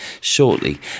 shortly